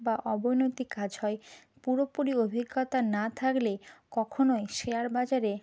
বা অবনতি কাজ হয় পুরোপুরি অভিজ্ঞতা না থাকলে কখনই শেয়ার বাজারে